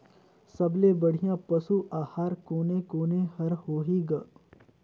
सबले बढ़िया पशु आहार कोने कोने हर होही ग?